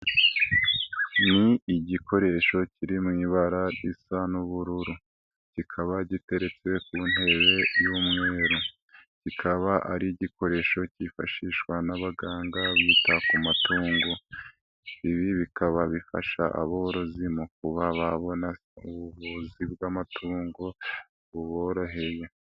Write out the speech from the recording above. Ni igikoresho kiri mu ibara risa n'ubururu, kikaba giteretse ku ntebe y'umweru, kikaba ari igikoresho cyifashishwa n'abaganga bita ku matungo. Ibi bikaba bifasha aborozi mu kuba babona ubuvuzi bw'amatungo buboroheye.